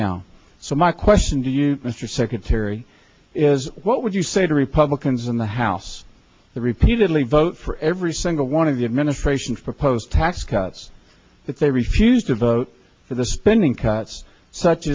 now so my question to you mr secretary is what would you say to republicans in the house that repeatedly vote for every single one of the administration's proposed tax cuts that they refuse to vote for the spending cuts such